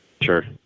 Sure